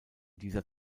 dieser